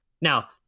Now